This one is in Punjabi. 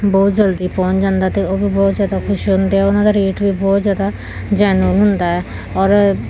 ਬਹੁਤ ਜਲਦੀ ਪਹੁੰਚ ਜਾਂਦਾ ਅਤੇ ਉਹ ਵੀ ਬਹੁਤ ਜ਼ਿਆਦਾ ਖੁਸ਼ ਹੁੰਦੇ ਆ ਉਹਨਾਂ ਦਾ ਰੇਟ ਵੀ ਬਹੁਤ ਜ਼ਿਆਦਾ ਜੈਨੂਅਨ ਹੁੰਦਾ ਹੈ ਔਰ